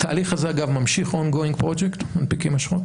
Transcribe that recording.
התהליך הזה ממשיך ongoing project, מנפיקים אשרות